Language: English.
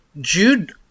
Jude